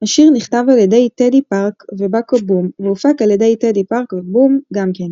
השיר נכתב על ידי טדי פארק ובקו בום והופק על ידי טדי פארק ובום גם כן.